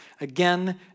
again